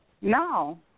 No